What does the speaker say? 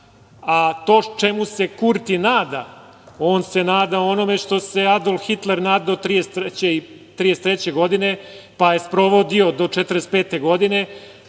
čemu se Kurti nada, on se nada onome čemu se Adolf Hitler nadao i 1933. godine, pa je sprovodio do 1945. godine.